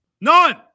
None